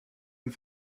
and